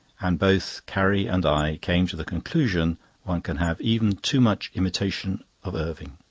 and both carrie and i came to the conclusion one can have even too much imitation of irving.